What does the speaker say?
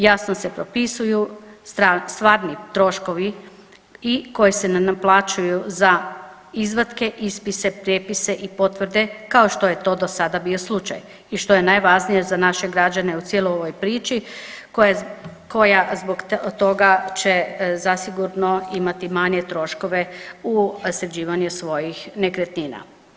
Jasno se propisuju stvarni troškovi i koji se ne naplaćuju za izvatke, ispise, prijepise i potvrde, kao što je to do sada bio slučaj i što je najvažnije za naše građane, u cijeloj ovoj priči koja zbog toga će zasigurno imati manje troškove u sređivanju svojih nekretnina.